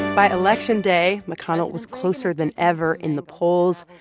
by election day, mcconnell was closer than ever in the polls,